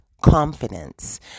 confidence